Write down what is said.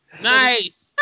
Nice